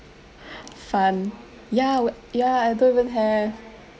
fund ya wh~ ya I don't even have